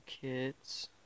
kids